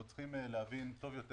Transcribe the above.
כשאתה נותן ירידה של 25%,